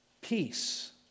peace